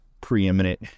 preeminent